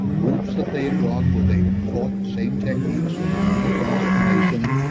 groups that they've run where they taught the same techniques that are in the transformation,